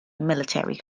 military